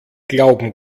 glauben